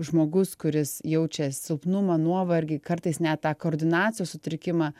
žmogus kuris jaučia silpnumą nuovargį kartais net tą koordinacijos sutrikimą